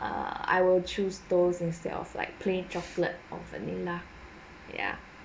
err I will choose those instead of like plain chocolate or vanilla yeah